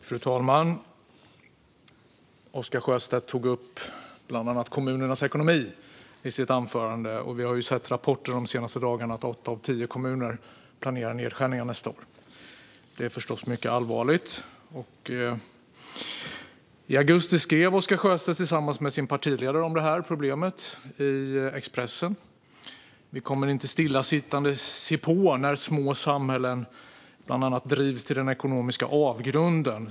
Fru talman! Oscar Sjöstedt tog bland annat upp kommunernas ekonomi i sitt anförande. Vi har under de senaste dagarna sett rapporter om att åtta av tio kommuner planerar nedskärningar nästa år, vilket förstås är mycket allvarligt. I augusti skrev Oscar Sjöstedt tillsammans med sin partiledare i Expressen om det här problemet. Bland annat skrev de: "Vi kommer inte att stillasittande se på när små samhällen slits itu och drivs till den ekonomiska avgrunden."